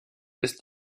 ist